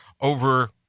over